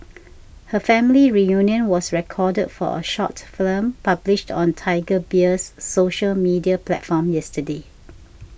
her family reunion was recorded for a short film published on Tiger Beer's social media platforms yesterday